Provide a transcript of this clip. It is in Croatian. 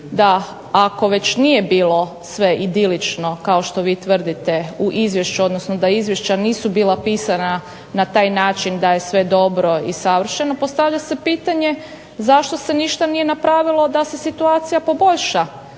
da ako već nije sve bilo idilično kao što vi tvrdite u izvješću odnosno da izvješća nisu bila pisana na taj način da je sve dobro i savršeno, postavlja se pitanje zašto se ništa nije napravilo da se situacija poboljša.